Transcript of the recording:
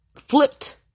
flipped